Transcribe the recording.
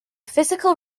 physical